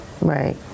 Right